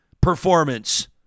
performance